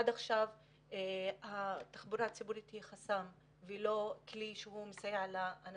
עד עכשיו התחבורה הציבורית היא החסם והיא לא כלי שהוא מסייע לאנשים.